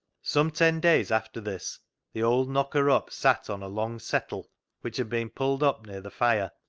some ten days after this the old knocker-up sat on a long settle which had been pulled up near the fire,